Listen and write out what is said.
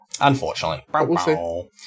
unfortunately